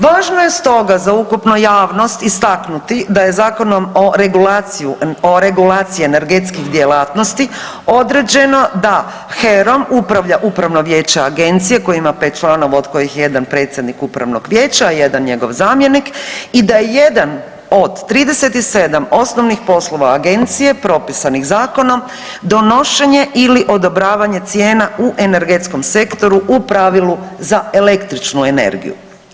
Važno je stoga za ukupnu javnost istaknuti da je Zakonom o regulaciji energetskih djelatnosti određeno da HEROM upravlja upravno vijeće agencije koje ima 5 članova od kojih je jedan predsjednik upravnog vijeća, a jedan njegov zamjenik i da je jedan od 37 osnovnih poslova agencije propisanih zakonom donošenje ili odobravanje cijena u energetskom sektoru u pravilu za električnu energiju.